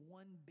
one